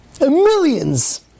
Millions